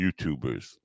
YouTubers